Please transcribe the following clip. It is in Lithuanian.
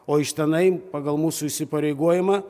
o iš tenai pagal mūsų įsipareigojimą